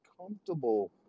comfortable